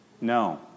No